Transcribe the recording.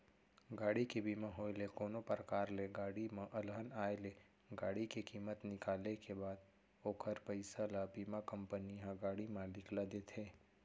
गाड़ी के बीमा होय ले कोनो परकार ले गाड़ी म अलहन आय ले गाड़ी के कीमत निकाले के बाद ओखर पइसा ल बीमा कंपनी ह गाड़ी मालिक ल देथे